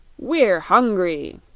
we're hungry!